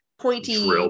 pointy